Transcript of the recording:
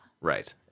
Right